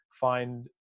find